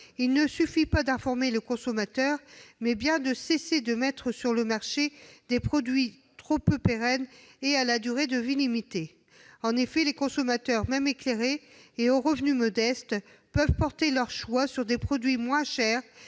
il ne suffit pas d'informer le consommateur. Il faut cesser de mettre sur le marché des produits trop peu pérennes et dont la durée de vie est limitée. Les consommateurs, même éclairés, et aux revenus modestes, peuvent porter leur choix sur des produits moins chers,